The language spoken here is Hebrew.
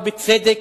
ובצדק,